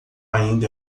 ainda